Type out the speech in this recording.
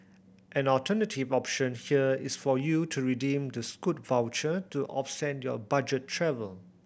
an alternative option here is for you to redeem the Scoot voucher to offset your budget travel